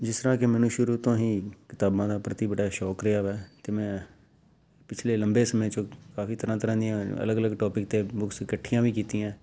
ਜਿਸ ਤਰ੍ਹਾਂ ਕਿ ਮੈਨੂੰ ਸ਼ੁਰੂ ਤੋਂ ਹੀ ਕਿਤਾਬਾਂ ਦਾ ਪ੍ਰਤੀ ਵੱਡਾ ਸ਼ੌਕ ਰਿਹਾ ਹੈ ਅਤੇ ਮੈਂ ਪਿਛਲੇ ਲੰਬੇ ਸਮੇਂ ਤੋਂ ਕਾਫੀ ਤਰ੍ਹਾਂ ਤਰ੍ਹਾਂ ਦੀਆਂ ਅਲਗ ਅਲਗ ਟੋਪਿਕ 'ਤੇ ਬੁੱਕਸ ਇਕੱਠੀਆਂ ਵੀ ਕੀਤੀਆਂ